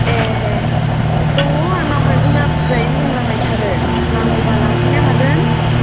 ए दङ आंनाव मैगङा बुरजायैनो दंलाबायथारो नांगौबा लांफैनो हागोन